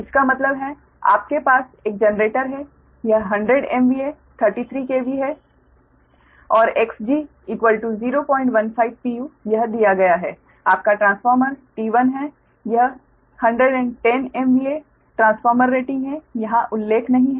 इसका मतलब है आपके पास एक जनरेटर है यह 100 MVA 33 KV है और Xg 015 pu यह दिया गया है आपका ट्रांसफार्मर T1 है यह 110 MVA ट्रांसफार्मर रेटिंग है यहां उल्लेख नहीं है